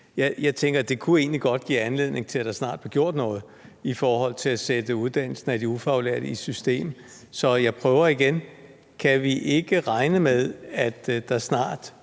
Jeg tænker, at det egentlig godt kunne give anledning til, at der snart blev gjort noget i forhold til at sætte uddannelsen af de ufaglærte i system. Så jeg prøver igen: Kan vi ikke regne med, at der snart